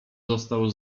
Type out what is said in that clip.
został